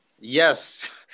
Yes